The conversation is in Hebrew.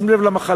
לשים לב למחלה,